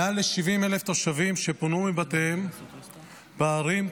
מעל ל-70,000 תושבים פונו מבתיהם בערים,